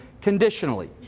conditionally